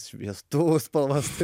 šviestuvų spalvas